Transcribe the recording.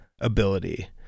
ability